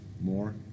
more